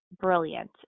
brilliant